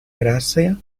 gracia